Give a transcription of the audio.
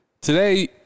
today